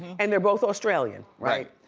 and they're both australian, right?